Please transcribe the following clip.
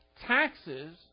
taxes